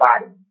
body